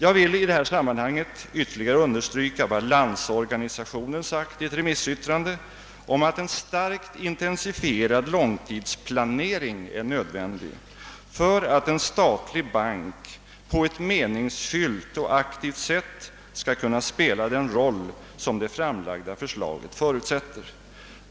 Jag vill i detta sammanhang ytterligare understryka vad Landsorganisationen framhållit i ett remissyttrande om att en starkt intensifierad långtidsplanering är nödvändig för att en statlig bank på ett meningsfyllt och aktivt sätt skall kunna spela den roll som det framlagda förslaget förutsätter.